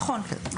נכון.